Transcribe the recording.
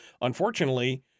unfortunately